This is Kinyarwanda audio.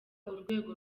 urwego